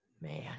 man